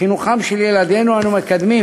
בחינוכם של ילדינו אנו מקדמים